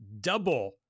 double